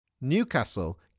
Newcastle